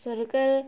ସରକାର